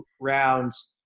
rounds